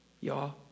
y'all